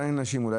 אנחנו גם